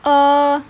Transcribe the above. err